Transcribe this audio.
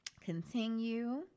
continue